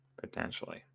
potentially